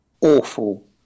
Awful